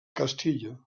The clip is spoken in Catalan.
castillo